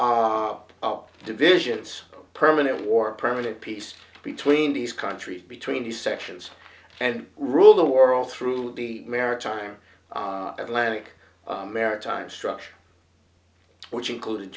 of divisions permanent war permanent peace between these countries between the sections and rule the world through the maritime atlantic maritime structure which included